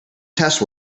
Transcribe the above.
test